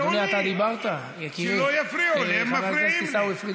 דיברת, חבר הכנסת עיסאווי פריג',